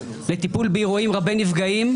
לטיפול באירועים רבי נפגעים,